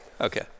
okay